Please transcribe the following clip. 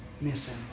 missing